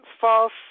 false